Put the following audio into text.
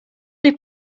did